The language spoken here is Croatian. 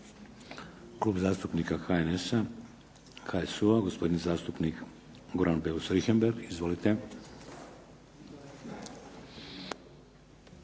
Klub zastupnika HNS-a, HSU-a gospodin zastupnik Goran Beus Richembergh. Izvolite.